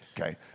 okay